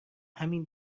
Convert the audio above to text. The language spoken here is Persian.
همین